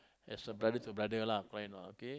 as a brother to brother lah fine or not okay